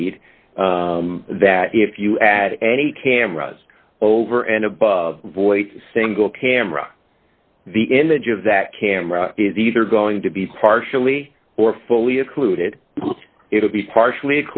we'd that if you add any cameras over and above voice single camera the image of that camera is either going to be partially or fully excluded it will be partially